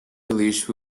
release